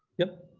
yep.